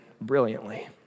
brilliantly